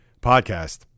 podcast